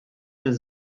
minn